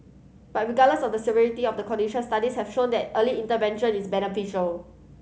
but regardless of the severity of the condition studies have shown that early intervention is beneficial